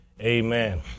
amen